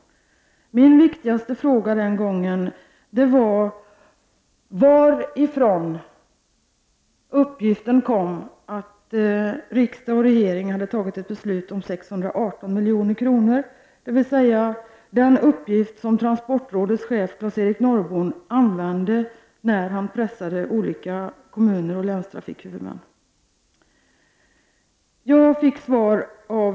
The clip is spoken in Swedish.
Min viktigaste fråga den gången var varifrån uppgiften kom att riksdag och regering hade fattat ett beslut om en kostnadsram på 618 milj.kr. Det var alltså den uppgift som transportrådets chef Claes-Eric Norrbom använde när han pressade olika kommuner och länstrafikhuvudmän.